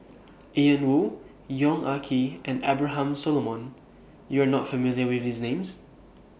Ian Woo Yong Ah Kee and Abraham Solomon YOU Are not familiar with These Names